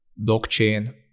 blockchain